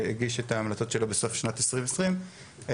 שהגיש את ההמלצות שלו בסוף שנת 2020 בנושא